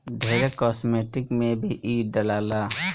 ढेरे कास्मेटिक में भी इ डलाला